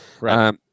right